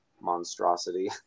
monstrosity